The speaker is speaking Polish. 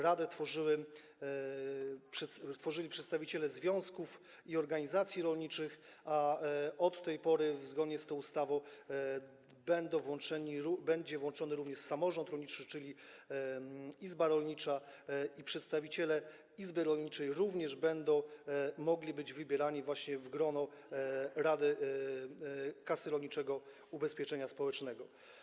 Radę tworzyli przedstawiciele związków i organizacji rolniczych, a od tej pory zgodnie z tą ustawą będzie tam włączony również samorząd rolniczy, czyli izba rolnicza, a przedstawiciele izby rolniczej będą mogli być wybierani właśnie do grona rady Kasy Rolniczego Ubezpieczenia Społecznego.